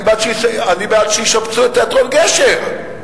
אני בעד שישפצו את תיאטרון "גשר".